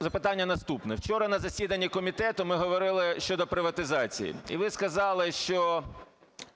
Запитання наступне. Вчора на засіданні комітету ми говорили щодо приватизації. І ви сказали, що